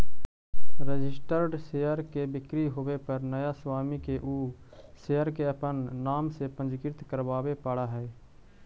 registered share के बिक्री होवे पर नया स्वामी के उ शेयर के अपन नाम से पंजीकृत करवावे पड़ऽ हइ